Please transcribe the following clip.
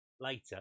later